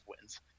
wins